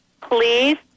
please